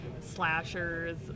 slashers